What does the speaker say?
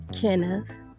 Kenneth